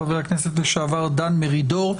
חבר הכנסת לשעבר דן מרידור.